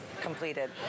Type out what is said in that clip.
completed